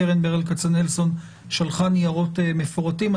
קרן ברל כצנלסון שלחה ניירות מפורטים.